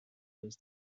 was